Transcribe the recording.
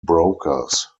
brokers